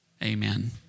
Amen